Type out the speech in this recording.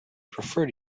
prefer